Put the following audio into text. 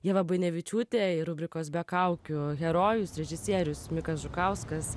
ieva buinevičiūtė ir rubrikos be kaukių herojus režisierius mikas žukauskas